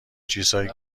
چیزهایی